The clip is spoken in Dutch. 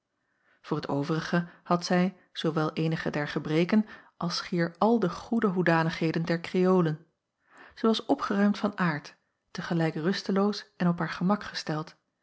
voor t overige had zij zoowel eenige der gebreken als schier al de goede hoedanigheden der kreolen zij was opgeruimd van aard te gelijk rusteloos en op haar gemak gesteld